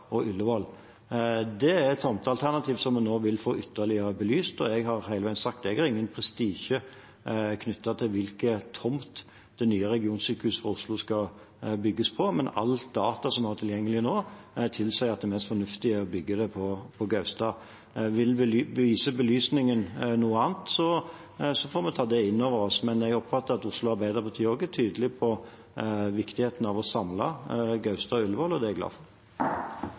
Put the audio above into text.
og Ullevål. Det er tomtealternativ som en nå vil få ytterligere belyst, og jeg har hele veien sagt at jeg ikke har noen prestisje knyttet til hvilken tomt det nye regionsykehuset i Oslo skal bygges på. Men alt av data som er tilgjengelig nå, tilsier at det mest fornuftige er å bygge på Gaustad. Viser belysningen noe annet, får vi ta det inn over oss, men jeg oppfatter at Oslo Arbeiderparti også er tydelig på viktigheten av å samle Gaustad og Ullevål, og det er jeg glad for.